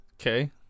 Okay